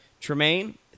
Tremaine